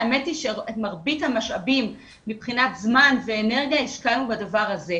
האמת שמרבית המשאבים מבחינת זמן ואנרגיה השקענו בדבר הזה,